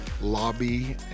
lobby